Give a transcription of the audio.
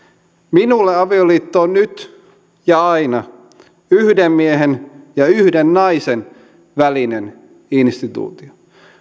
minulle avioliitto on nyt ja aina yhden miehen ja yhden naisen välinen instituutio